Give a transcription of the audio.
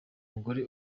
mugore